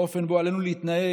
באופן שבו עלינו להתנהג